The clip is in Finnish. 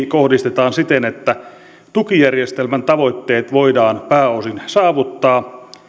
kohdistetaan siten että tukijärjestelmän tavoitteet voidaan pääosin saavuttaa